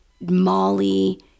molly